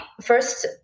First